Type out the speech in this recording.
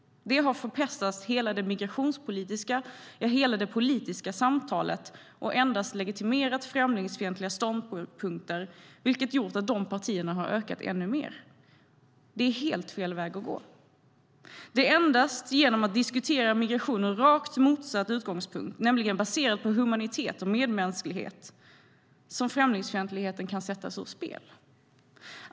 Det har förpestat hela det migrationspolitiska, ja, hela det politiska samtalet och endast legitimerat främlingsfientliga ståndpunkter, vilket gjort att de partierna har ökat ännu mer. Det är helt fel väg att gå. Det är endast genom att diskutera migration ur rakt motsatt utgångspunkt, nämligen baserat på humanitet och medmänsklighet, som främlingsfientligheten kan sättas ur spel.